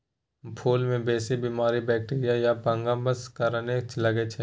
फुल मे बेसी बीमारी बैक्टीरिया या फंगसक कारणेँ लगै छै